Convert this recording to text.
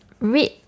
red